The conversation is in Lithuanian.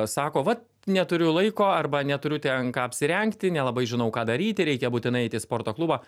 sako vat neturiu laiko arba neturiu ten ką apsirengti nelabai žinau ką daryti reikia būtina eit į sporto klubą